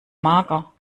mager